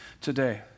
today